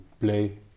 play